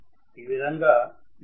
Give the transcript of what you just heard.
ఈ విధంగా నిరంతరంగా మనంచూడొచ్చు